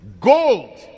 Gold